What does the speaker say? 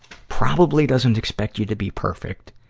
probably doesn't expect you to be perfect.